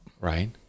Right